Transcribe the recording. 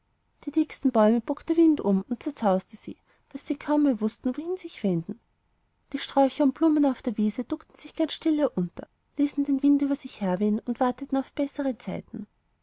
die dicksten bäume bog der wind um und zerzauste sie daß sie kaum mehr wußten wohin sich wenden die sträucher und blumen auf der wiese duckten sich ganz stille unter ließen den wind über sich herwehen und warteten auf bessere zeiten